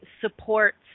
supports